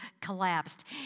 collapsed